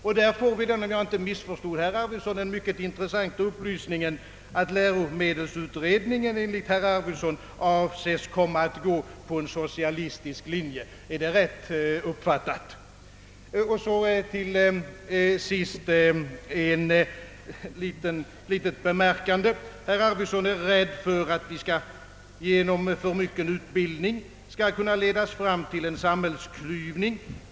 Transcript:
Vi fick — om jag inte missförstod herr Arvidson — den mycket intressanta upplysningen, att läromedelsutredningen avses komma att gå på en socialistisk linje. är det rätt uppfattat? Till sist ett litet påpekande. Herr Arvidson är rädd för att vi genom för mycken utbildning skall kunna ledas fram till en samhällsklyvning.